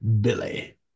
Billy